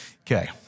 Okay